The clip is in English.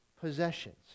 possessions